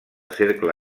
cercle